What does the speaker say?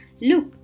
Look